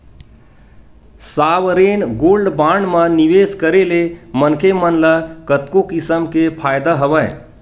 sovereign gold bond म निवेस करे ले मनखे मन ल कतको किसम के फायदा हवय